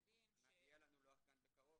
בקרוב יהיה לנו לוח גן בקרוב.